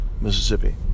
Mississippi